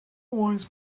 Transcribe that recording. wise